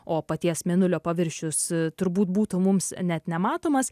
o paties mėnulio paviršius turbūt būtų mums net nematomas